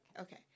okay